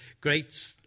great